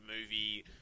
movie